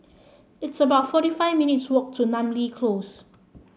it's about forty five minutes' walk to Namly Close